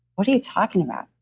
what are you talking about?